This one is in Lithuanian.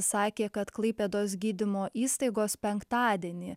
sakė kad klaipėdos gydymo įstaigos penktadienį